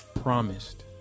promised